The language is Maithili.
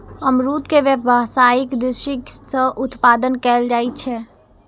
अमरूद के व्यावसायिक दृषि सं उत्पादन कैल जाइ छै